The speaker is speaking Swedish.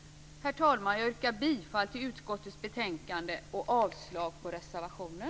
Herr talman! Jag yrkar bifall till hemställan i utskottets betänkande och avslag på reservationen.